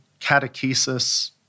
catechesis